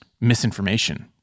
misinformation